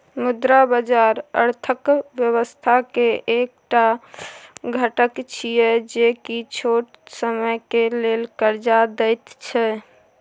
मुद्रा बाजार अर्थक व्यवस्था के एक टा घटक छिये जे की छोट समय के लेल कर्जा देत छै